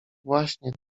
właśnie